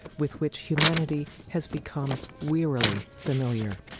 with which humanity has become wearily familiar.